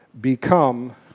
become